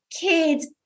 kids